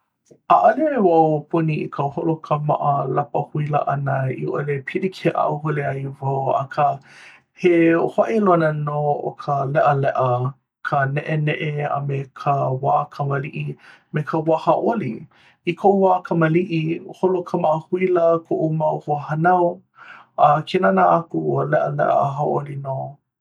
ʻaʻale wau puni i ka holo kāmaʻa lapa huila ʻana i ʻole pilikia a hāʻule ai wau akā he hōʻailona nō o ka leʻaleʻa ka neʻeneʻe, a me ka wā kamaliʻi me ka wā hauʻoli. i koʻu wā kamaliʻi holo kāmaʻa huila koʻu mau hoahānau. a ke nānā aku ua leʻa a hauʻoli nō